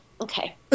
okay